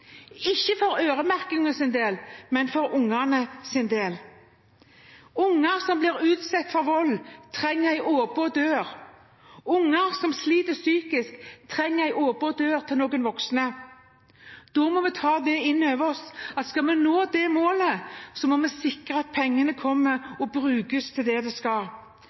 ikke for øremerkingens del, men for ungenes del. Unger som blir utsatt for vold, trenger en åpen dør. Unger som sliter psykisk, trenger en åpen dør til noen voksne. Da må vi ta innover oss at skal vi nå det målet, må vi sikre at pengene kommer og brukes til det som det skal.